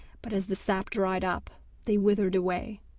but as the sap dried up they withered away.